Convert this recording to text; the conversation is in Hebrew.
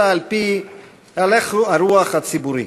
אלא על-פי הלך הרוח הציבורי.